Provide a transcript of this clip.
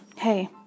Hey